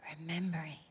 Remembering